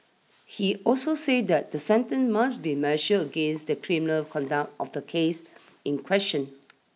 he also said that the sentence must be measure against the criminal conduct of the case in question